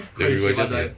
and we were just at the test